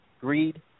Greed